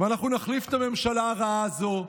ואנחנו נחליף את הממשלה הרעה הזו,